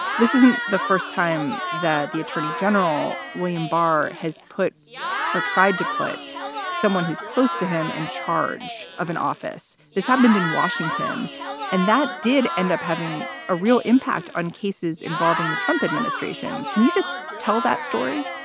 this isn't the first time that the attorney general, william barr, has put or tried to put someone who's close to him in charge of an office. this happened in washington and that did end up having a real impact on cases involving the trump administration. can you just tell that story?